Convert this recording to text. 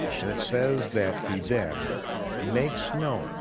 and it says that he then makes known